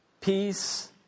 peace